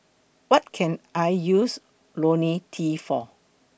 What Can I use Ionil T For